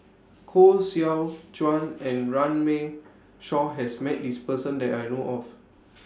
Koh Seow Chuan and Runme Shaw has Met His Person that I know of